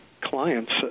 clients